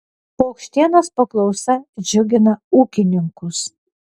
paukštienos paklausa džiugina ūkininkus